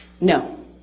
No